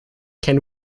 can